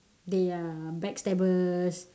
they are backstabbers